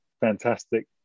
fantastic